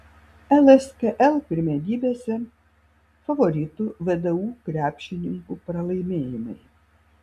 lskl pirmenybėse favoritų vdu krepšininkų pralaimėjimai